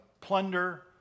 plunder